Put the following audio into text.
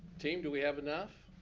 team, do we have enough?